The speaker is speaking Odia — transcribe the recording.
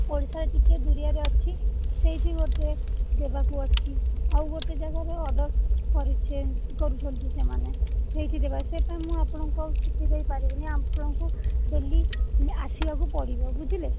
ଓଡ଼ିଶାରେ ଟିକେ ଦୂରିଆରେ ଅଛି ସେଇଠି ଗୋଟେ ଦେବାକୁ ଅଛି ଆଉ ଗୋଟେ ଯାଗାରେ ଅର୍ଡ଼ର କରିଛେ କରୁଛନ୍ତି ସେମାନେ ସେଇଠି ଦେବା ସେଇଟା ମୁଁ ଆପଣଙ୍କୁ ଆଉ ଛୁଟି ଦେଇପାରିବିନି ଆପଣଙ୍କୁ ଡେଲି ଆସିବାକୁ ପଡ଼ିବ ବୁଝିଲେ